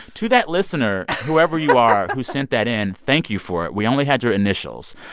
to that listener, whoever you are, who sent that in, thank you for it. we only had your initials,